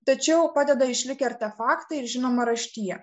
tačiau padeda išlikę artefaktai ir žinoma raštija